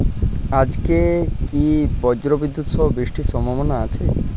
আজকে কি ব্রর্জবিদুৎ সহ বৃষ্টির সম্ভাবনা আছে?